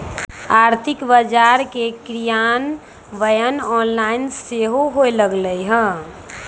आर्थिक बजार के क्रियान्वयन ऑनलाइन सेहो होय लगलइ ह